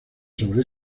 sobre